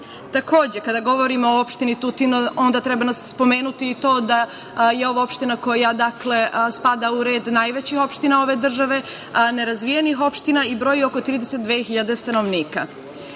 centar? Takođe, kada govorimo o opštini Tutin, onda treba spomenuti i to da je ovo opština koja dakle spada u red najvećih opština ove države, nerazvijenih opština i broji oko 32.000 stanovnika.